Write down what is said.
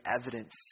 evidence